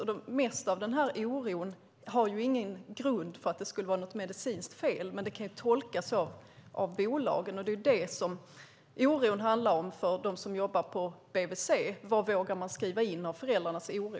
Det mesta av den här oron är ingen grund för att det skulle vara något medicinskt fel, men det kan ju tolkas så av bolagen. Det som oron handlar om för dem som jobbar på bvc är vad man vågar skriva in om föräldrarnas oro.